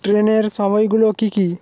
ট্রেনের সময়গুলো কী কী